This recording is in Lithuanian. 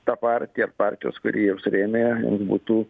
ta partija partijos kuri juos rėmė būtų